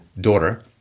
daughter